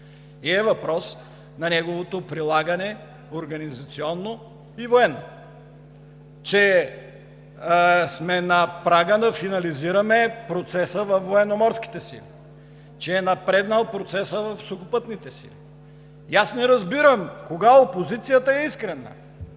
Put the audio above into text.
и е въпрос на неговото прилагане – организационно и военно, че сме на прага да финализираме процеса във Военноморските сили, че е напреднал процесът в Сухопътните сили. Аз не разбирам кога опозицията е искрена